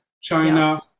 China